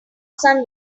sun